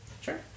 Sure